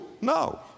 No